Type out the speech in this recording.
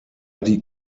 die